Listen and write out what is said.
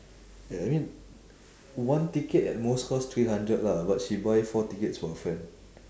ya I mean one ticket at most cost three hundred lah but she buy four tickets for her friend